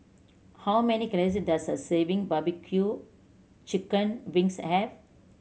how many calories does a serving barbecue chicken wings have